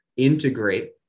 integrate